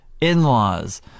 in-laws